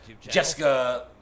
Jessica